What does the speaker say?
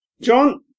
John